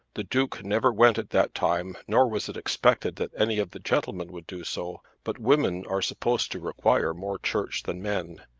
the duke never went at that time nor was it expected that any of the gentlemen would do so but women are supposed to require more church than men,